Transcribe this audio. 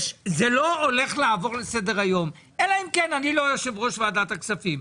לא הולך לעבור לסדר-היום אלא אם כן אני לא יושב-ראש ועדת הכספים.